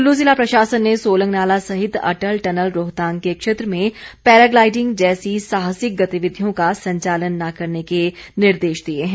कुल्लू जिला प्रशासन ने सोलंग नाला सहित अटल टनल रोहतांग के क्षेत्र में पैराग्लाईडिंग जैसी साहसिक गतिविधियों का संचालन न करने के निर्देश दिए हैं